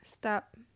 Stop